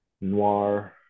Noir